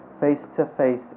face-to-face